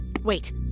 Wait